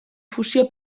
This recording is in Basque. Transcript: fusio